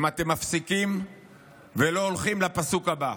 אם אתם מפסיקים ולא הולכים לפסוק הבא.